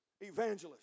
evangelist